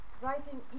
writing